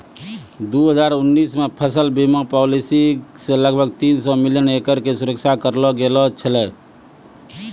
दू हजार उन्नीस मे फसल बीमा पॉलिसी से लगभग तीन सौ मिलियन एकड़ के सुरक्षा करलो गेलौ छलै